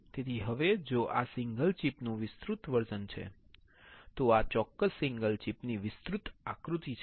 તેથી હવે જો આ સિંગલ ચિપ નું વિસ્તૃત વર્જન છે તો આ ચોક્કસ સિંગલ ચિપ ની વિસ્તૃત આકૃતિ છે